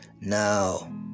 Now